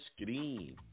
screen